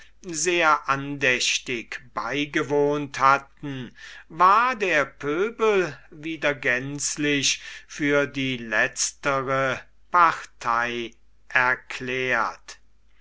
sehr andächtig beigewohnt hatten war der pöbel wieder gänzlich für die letztere partei erklärt